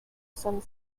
some